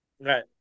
right